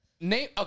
name